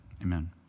amen